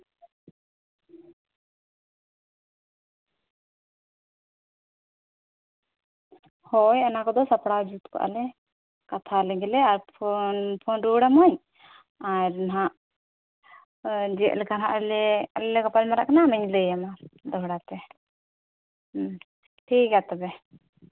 ᱦᱳᱭ ᱚᱱᱟ ᱠᱚᱫᱚ ᱥᱟᱯᱲᱟᱣ ᱡᱩᱛ ᱠᱟᱜᱼᱟ ᱞᱮ ᱠᱟᱛᱷᱟ ᱞᱮᱜᱮ ᱞᱮ ᱟᱨ ᱯᱷᱳᱱ ᱯᱷᱳᱱ ᱨᱩᱣᱟᱹᱲᱟᱹᱢᱟᱹᱧ ᱟᱨ ᱱᱟᱜ ᱪᱮᱫ ᱞᱮᱠᱟ ᱦᱟᱸᱜ ᱞᱮ ᱟᱞᱮ ᱞᱮ ᱜᱟᱯᱟᱞᱢᱟᱨᱟᱜ ᱠᱟᱱᱟ ᱚᱱᱟᱧ ᱞᱟᱹᱭᱟᱢᱟ ᱫᱚᱦᱲᱟ ᱛᱮ ᱴᱷᱤᱠᱜᱮᱭᱟ ᱛᱚᱵᱮ